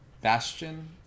Bastion